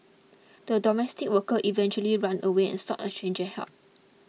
the domestic worker eventually ran away and sought a stranger's help